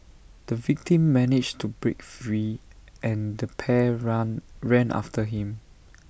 the victim managed to break free and the pair run ran after him